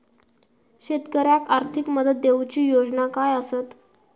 शेतकऱ्याक आर्थिक मदत देऊची योजना काय आसत?